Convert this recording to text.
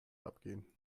abgehen